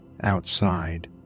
outside